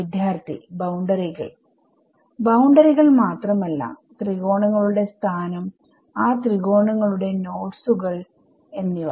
വിദ്യാർത്ഥി ബൌണ്ടറികൾ ബൌണ്ടറികൾ മാത്രമല്ല ത്രികോണങ്ങളുടെ സ്ഥാനം ആ ത്രികോണങ്ങളുടെ നോട്ഡുകൾ എന്നിവ